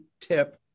tip